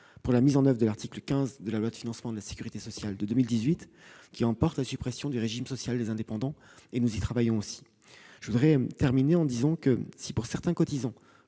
pour la mise en oeuvre de l'article 15 de la loi de financement de la sécurité sociale pour 2018 qui emporte la suppression du régime social des indépendants ; nous y travaillons aussi. Je voudrais terminer en vous invitant